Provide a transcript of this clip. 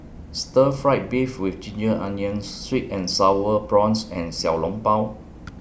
Stir Fry Beef with Ginger Onions Sweet and Sour Prawns and Xiao Long Bao